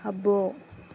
అబ్బో